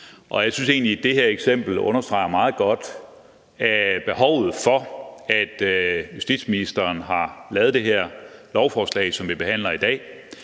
Jeg synes egentlig, at det her eksempel meget godt understreger behovet for, at justitsministeren har lavet det her lovforslag, som vi behandler i dag,